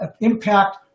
impact